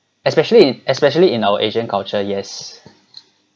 especially especially in our asian culture yes